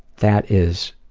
that is.